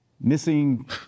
missing